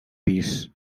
pis